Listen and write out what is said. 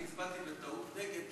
אני הצבעתי בטעות נגד,